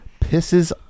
pisses